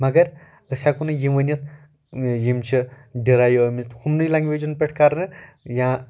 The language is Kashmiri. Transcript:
مگر أسۍ ہیٚکو نہٕ یہِ ؤنِتھ یِم چھِ ڈِرایِو آمٕتۍ ہُمنٕے لنٛگویجَن پٮ۪ٹھ کَرنہٕ یا